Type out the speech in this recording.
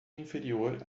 inferior